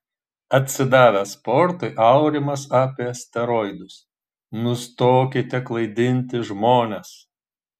atsidavęs sportui aurimas apie steroidus nustokite klaidinti žmones